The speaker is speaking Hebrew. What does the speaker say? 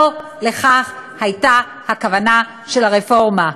לא זו הייתה הכוונה של הרפורמה.